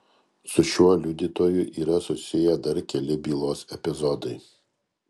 su šiuo liudytoju yra susiję dar keli bylos epizodai